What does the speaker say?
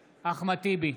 טיבי,